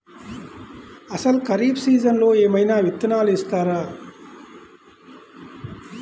అసలు ఖరీఫ్ సీజన్లో ఏమయినా విత్తనాలు ఇస్తారా?